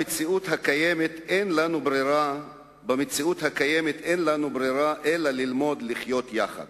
במציאות הקיימת אין לנו ברירה אלא ללמוד לחיות יחד